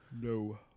No